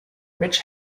rich